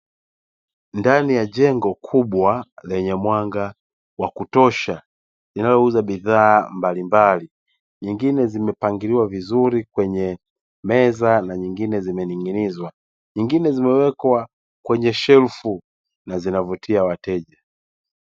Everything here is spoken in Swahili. Ndani ya jengo kubwa lenye mwanga wa kutosha, linalouza bidhaa mbalimbali; nyingine zimepangiliwa vizuri kwenye meza na nyingine zimening'inizwa, nyingine zimewekwa kwenye shelfu na zinavutia wateja.